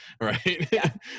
right